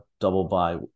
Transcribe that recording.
double-by